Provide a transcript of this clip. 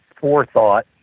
forethought